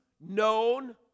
known